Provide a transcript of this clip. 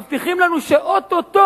מבטיחים לנו שאו-טו-טו,